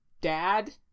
dad